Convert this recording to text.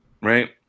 Right